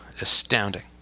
astounding